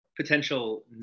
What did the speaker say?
potential